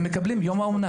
הם מקבלים יום האומנה.